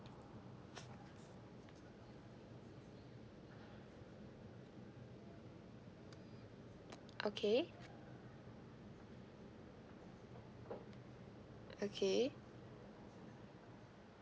okay okay